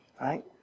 right